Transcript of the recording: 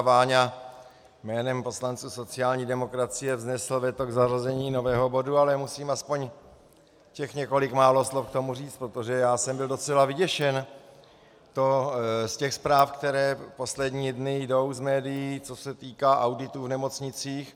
Váňa jménem poslanců sociální demokracie vznesl veto k zařazení nového bodu, ale musím aspoň těch několik málo slov k tomu říci, protože já jsem byl docela vyděšen z těch zpráv, které poslední dny jdou z médií, co se týká auditů v nemocnicích.